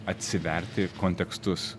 atsiverti kontekstus